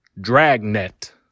Dragnet